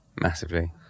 Massively